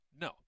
No